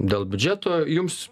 dėl biudžeto jums